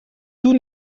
tout